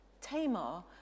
tamar